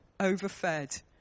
overfed